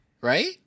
Right